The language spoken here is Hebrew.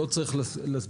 לא צריך להסביר.